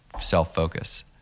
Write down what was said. self-focus